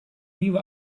nieuwe